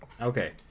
okay